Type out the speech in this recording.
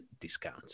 discount